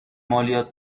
مالیات